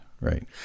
right